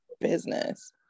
business